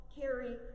carry